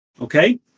okay